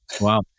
Wow